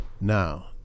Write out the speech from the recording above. Now